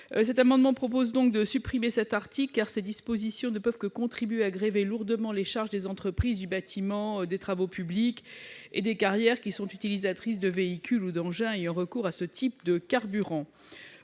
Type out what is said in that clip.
identiques, il s'agit de supprimer l'article 19, car ces dispositions ne peuvent que contribuer à grever lourdement les charges des entreprises du bâtiment, des travaux publics et des carrières, qui sont utilisatrices de véhicules ou d'engins ayant recours à ce type de carburant.